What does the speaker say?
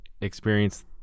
experience